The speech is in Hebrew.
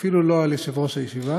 אפילו לא על יושב-ראש הישיבה,